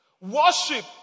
Worship